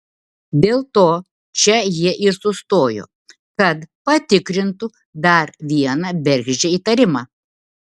dėl to čia jie ir sustojo kad patikrintų dar vieną bergždžią įtarimą